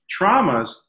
traumas